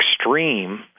extreme